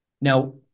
Now